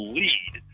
lead